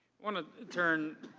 want to turn